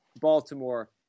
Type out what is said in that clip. Baltimore